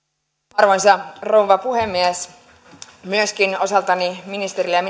arvoisa rouva puhemies myöskin osaltani ministerille ja